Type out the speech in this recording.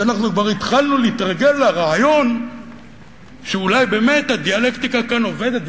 כי אנחנו כבר התחלנו להתרגל לרעיון שאולי באמת הדיאלקטיקה כאן עובדת,